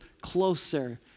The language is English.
closer